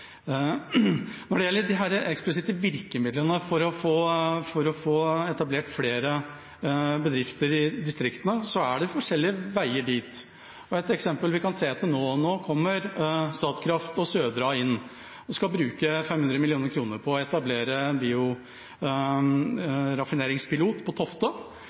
Når det gjelder disse eksplisitte virkemidlene for å få etablert flere bedrifter i distriktene, er det forskjellige veier dit. Et eksempel vi kan se til, er: Nå kommer Statkraft og Södra inn og skal bruke 500 mill. kr på å etablere et pilotprosjekt for bioraffinering på Tofte.